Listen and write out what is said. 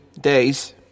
days